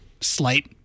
slight